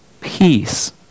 peace